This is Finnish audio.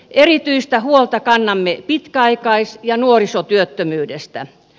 erityistä huolta kannamme pitkäaikais ja nuorisotyöttömyydestä